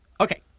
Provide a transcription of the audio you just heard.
Okay